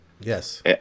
yes